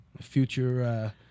future